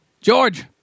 George